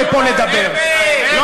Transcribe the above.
בקריית-משה,